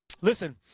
Listen